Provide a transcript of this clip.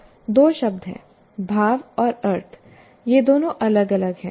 दो शब्द हैं भाव और अर्थ ये दोनों अलग अलग हैं